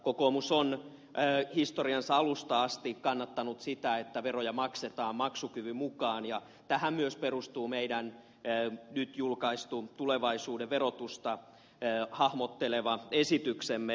kokoomus on historiansa alusta asti kannattanut sitä että veroja maksetaan maksukyvyn mukaan ja tähän myös perustuu meidän nyt julkaistu tulevaisuuden verotusta hahmotteleva esityksemme